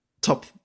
top